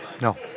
No